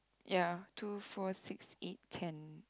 ya two four six eight ten